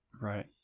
right